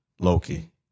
Loki